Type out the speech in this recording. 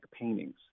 paintings